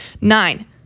Nine